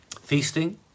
Feasting